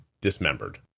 dismembered